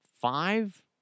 five